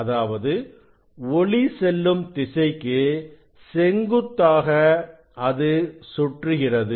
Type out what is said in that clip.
அதாவது ஒளி செல்லும் திசைக்கு செங்குத்தாக அது சுற்றுகிறது